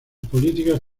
políticas